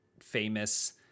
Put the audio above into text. famous